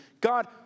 God